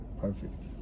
perfect